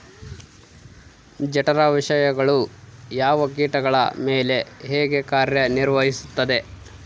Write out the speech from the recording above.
ಜಠರ ವಿಷಯಗಳು ಯಾವ ಕೇಟಗಳ ಮೇಲೆ ಹೇಗೆ ಕಾರ್ಯ ನಿರ್ವಹಿಸುತ್ತದೆ?